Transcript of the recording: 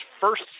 first